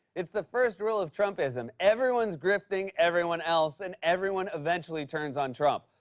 it's the first rule of trumpism. everyone is grifting everyone else and everyone eventually turns on trump.